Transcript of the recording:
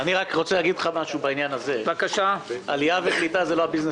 הצבעה בעד,